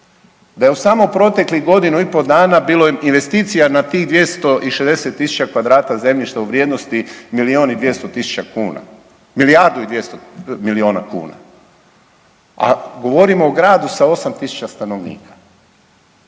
da je u samo proteklih godinu dana bilo investicija na tih 260.000 kvadrata zemljišta u vrijednosti milion i 200 tisuća kuna, milijardu i 200 miliona kuna, a govorimo o gradu sa 8.000 stanovnika.